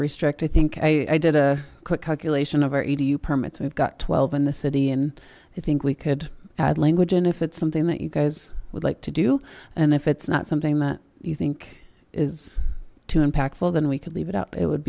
restrict i think i did a quick calculation of our edu permits we've got twelve in the city and i think we could add language and if it's something that you guys would like to do and if it's not something that you think is too impactful then we could leave it out it would